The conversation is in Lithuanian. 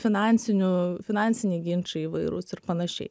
finansinių finansiniai ginčai įvairūs ir panašiai